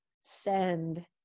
send